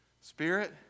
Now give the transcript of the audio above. Spirit